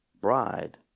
bride